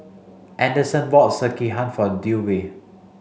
Anderson bought Sekihan for Dewey